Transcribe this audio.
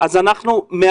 עוד שנה אתם תלכו לצבא,